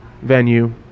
venue